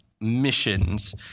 missions